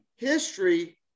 history